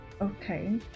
Okay